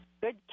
good